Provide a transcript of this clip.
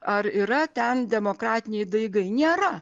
ar yra ten demokratiniai daigai nėra